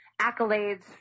accolades